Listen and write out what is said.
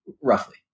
roughly